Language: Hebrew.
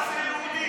מה זה יהודי?